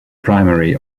primary